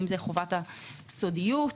כגון חובת הסודיות.